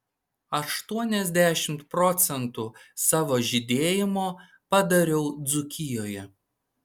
aštuoniasdešimt procentų savo žydėjimo padariau dzūkijoje